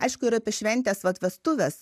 aišku ir apie šventes vat vestuves